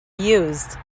used